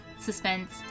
suspense